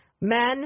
Men